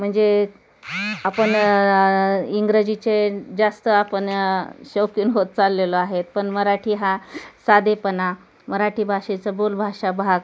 म्हणजे आपण इंग्रजीचे जास्त आपण शौकीन होत चाललेलो आहोत पण मराठी हा साधेपणा मराठी भाषेचं बोलभाषा भाग